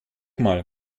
mal